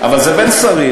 אבל זה בין שרים,